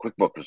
QuickBooks